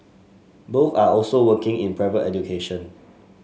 both are also working in private education